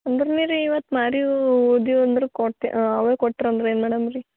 ಅಂದ್ನಿ ರೀ ಇವತ್ತು ಮಾರಿವೂ ಉಳ್ದಿವೆ ಅಂದ್ರೆ ಕೊಟ್ಟು ಅವು ಕೊಟ್ರೆ ಅಂದ್ರೆ ಏನು ಮಾಡೋಣ ರೀ